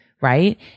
right